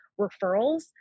referrals